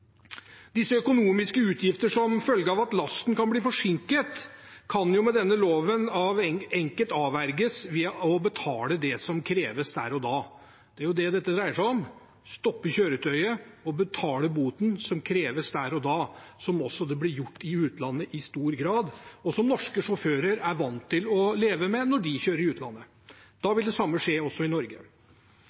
økonomiske utgiftene som følge av at lasten kan bli forsinket, kan med denne loven enkelt avverges ved å betale det som kreves, der og da. Det er jo det dette dreier seg om – stoppe kjøretøyet og betale boten som kreves, der og da, som det også blir gjort i utlandet i stor grad, og som norske sjåfører er vant til å leve med når de kjører i utlandet. Da vil det samme skje også i Norge.